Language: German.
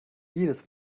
jedes